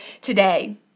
today